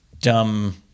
Dumb